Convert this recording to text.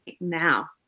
now